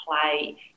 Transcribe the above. play